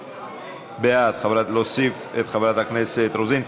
בעד, להוסיף את חברת הכנסת רוזין.